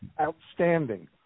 Outstanding